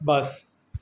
બસ